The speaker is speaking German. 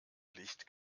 licht